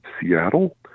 Seattle